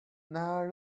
now